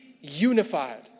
unified